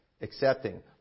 accepting